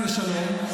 מנפנפים לנו לשלום.